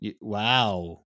Wow